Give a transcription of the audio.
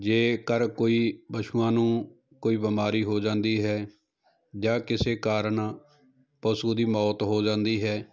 ਜੇਕਰ ਕੋਈ ਪਸ਼ੂਆਂ ਨੂੰ ਕੋਈ ਬਿਮਾਰੀ ਹੋ ਜਾਂਦੀ ਹੈ ਜਾਂ ਕਿਸੇ ਕਾਰਨ ਪਸ਼ੂ ਦੀ ਮੌਤ ਹੋ ਜਾਂਦੀ ਹੈ